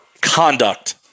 conduct